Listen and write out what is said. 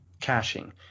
caching